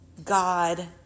God